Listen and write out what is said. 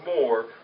more